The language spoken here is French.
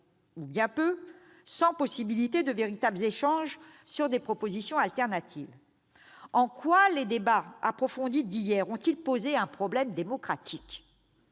ou bien peu, sans possibilité de véritables échanges sur des propositions alternatives. En quoi les débats approfondis d'hier ont-ils posé un problème démocratique ?